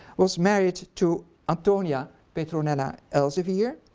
was married to antonia petronella elsevier,